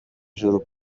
ijuru